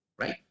right